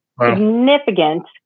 significant